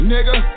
Nigga